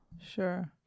Sure